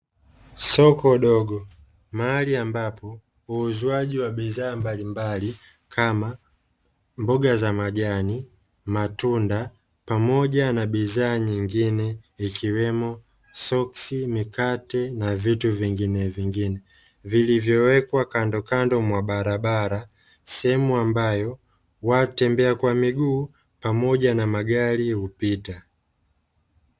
Soko dogo mahali ambapo huuzwaji wa bidhaa mbalimbali kama vile; mboga za majani, matunda, pamoja na bidhaa nyingine ikiwemo; soksi, mikate na vitu vingine vilivyowekwa kando kando mwa barabara, sehemu ambayo watembea kwa miguu pamoja na magari hupita.